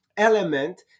element